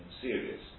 serious